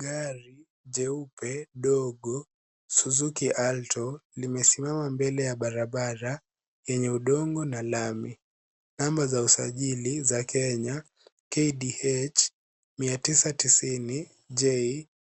Gari jeupe dogo suzuki auto limesimama mbele ya barabara yenye udongo na lami. Namba za usajili za kenya KDH 990J